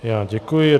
Já děkuji.